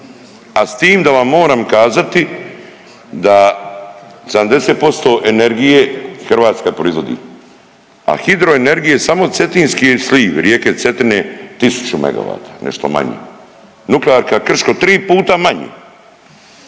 a s tim da vam moram kazati da 70% energije Hrvatska proizvodi, a hidroenergije samo cetinski sliv rijeke Cetine 1000 MW, nešto manje, nuklearka Krško tri puta manje